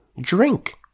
drink